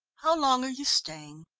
how long are you staying?